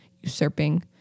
usurping